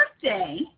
birthday